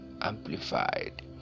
Amplified